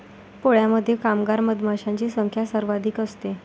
पोळ्यामध्ये कामगार मधमाशांची संख्या सर्वाधिक असते